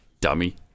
Dummy